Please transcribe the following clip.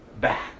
back